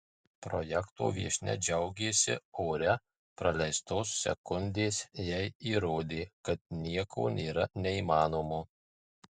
projekto viešnia džiaugėsi ore praleistos sekundės jai įrodė kad nieko nėra neįmanomo